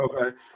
Okay